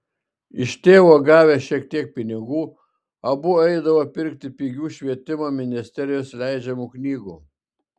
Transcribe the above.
iš tėvo gavę šiek tiek pinigų abu eidavo pirkti pigių švietimo ministerijos leidžiamų knygų